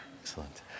Excellent